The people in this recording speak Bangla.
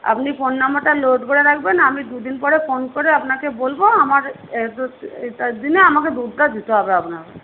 আপনি ফোন নম্বরটা লোড করে রাখবেন আমি দুদিন পরে ফোন করে আপনাকে বলব আমার দু চার দিনে আমাকে দুধটা দিতে হবে আপনাকে